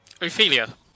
Ophelia